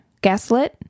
Gaslit